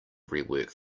rework